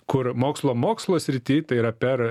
kur mokslo mokslo srity tai yra per